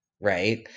right